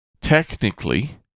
technically